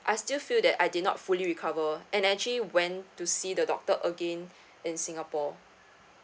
I still feel that I did not fully recover and actually went to see the doctor again in singapore